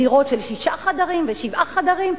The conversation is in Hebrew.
דירות של שישה חדרים ושבעה חדרים.